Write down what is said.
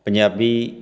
Punjabi